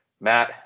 Matt